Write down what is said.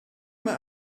mae